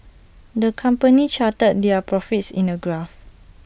the company charted their profits in A graph